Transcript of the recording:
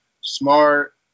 Smart